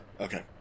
okay